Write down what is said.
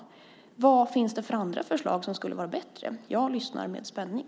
Vad finns det för andra förslag som skulle vara bättre? Jag lyssnar med spänning.